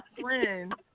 friend